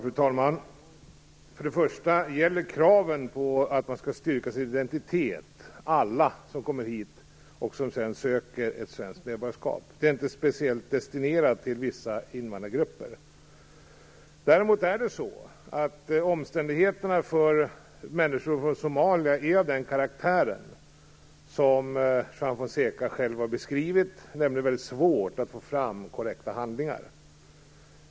Fru talman! Först och främst gäller kraven på att man skall styrka sin identitet alla som kommer hit och som sedan ansöker om svenskt medborgarskap. Det är inte speciellt destinerat till vissa invandrargrupper. Däremot är omständigheterna för människor från Somalia av den karaktär som Juan Fonseca själv beskrivit. Det är alltså väldigt svårt att få fram korrekta handlingar.